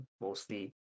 mostly